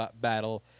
battle